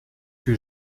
que